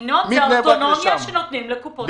ינון, זאת האוטונומיה שנותנים לקופות החולים.